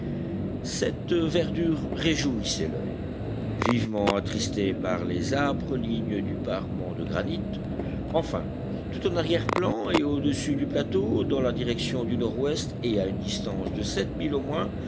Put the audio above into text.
cette verdure réjouissait l'oeil vivement attristé par les âpres lignes du parement de granit enfin tout en arrière plan et audessus du plateau dans la direction du nord-ouest et à une distance de sept milles au moins